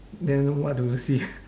then what do you see